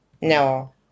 No